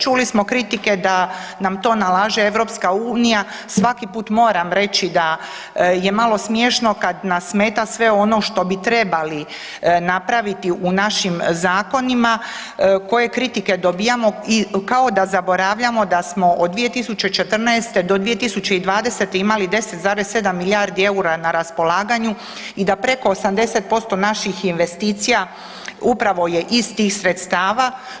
Čuli smo kritike da nam to nalaže EU, svaki put moram reći da je malo smiješno kad nas smeta sve ono što bi trebali napraviti u našim zakonima, koje kritike dobijamo i kao da zaboravljamo da smo od 2014. do 2020. imali 10,7 milijardi EUR-a na raspolaganju i da preko 80% naših investicija upravo je iz tih sredstava.